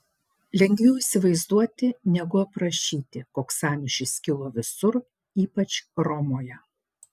lengviau įsivaizduoti negu aprašyti koks sąmyšis kilo visur ypač romoje